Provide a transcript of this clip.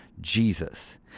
Jesus